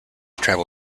travel